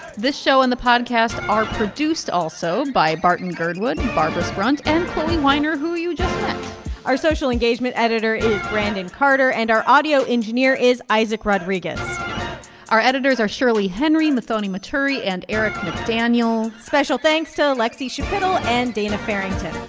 this show and the podcast are produced also by barton girdwood, barbara sprunt and chloee weiner, who you just met our social engagement editor is brandon carter, and our audio engineer is isaac rodriguez our editors are shirley henry, muthoni muturi and eric mcdaniel special thanks to so lexie schapitl and dana farrington.